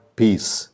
peace